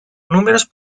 números